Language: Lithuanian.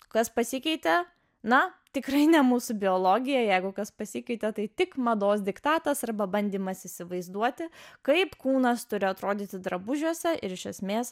kas pasikeitė na tikrai ne mūsų biologija jeigu kas pasikeitė tai tik mados diktatas arba bandymas įsivaizduoti kaip kūnas turi atrodyti drabužiuose ir iš esmės